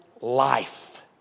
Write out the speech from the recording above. Life